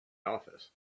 office